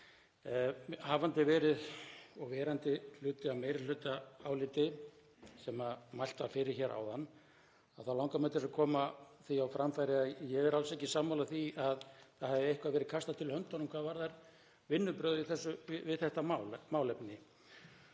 Hafandi verið og verandi hluti af meirihlutaáliti sem mælt var fyrir hér áðan þá langar mig til þess að koma því á framfæri að ég er alls ekki sammála því að það hafi eitthvað verið kastað til höndunum hvað varðar vinnubrögð við þetta málefni.